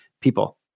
people